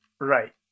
right